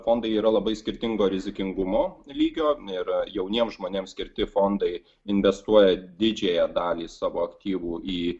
fondai yra labai skirtingo rizikingumo lygio ir jauniems žmonėms skirti fondai investuoja didžiąją dalį savo aktyvų į